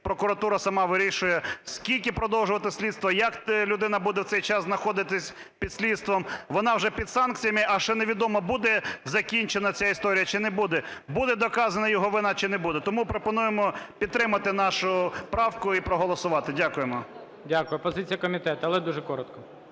прокуратура сама вирішує, скільки продовжувати слідство, як людина буде в цей час знаходитися під слідством. Вона вже під санкціями, а ще невідомо, буде закінчена ця історія чи не буде, буде доказана його вина чи не буде. Тому пропонуємо підтримати нашу правку і проголосувати. Дякуємо. ГОЛОВУЮЧИЙ. Дякую. Позиція комітету, але дуже коротко.